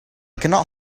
cannot